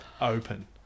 open